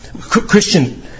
Christian